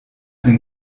ein